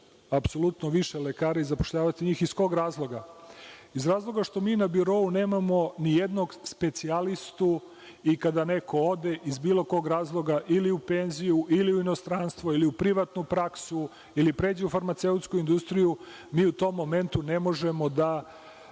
apsolutno više lekara i zapošljavati ih. Iz kog razloga? Iz razloga što mi na birou nemamo nijednog specijalistu i kada neko ode iz bilo kog razloga u penziju, ili u inostranstvo, ili u privatnu praksu, ili pređe u farmaceutsku industriju, mi u tom momentu ne možemo da